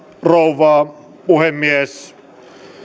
rouva puhemies